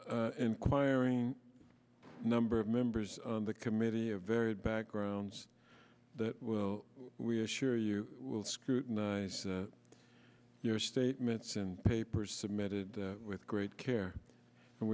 y inquiring number of members of the committee a varied backgrounds that will we assure you will scrutinize your statements and papers submitted with great care and